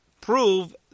prove